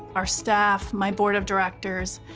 our staff, my board of directors,